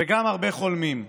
וגם הרבה חולמים.